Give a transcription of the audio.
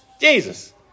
Jesus